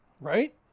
Right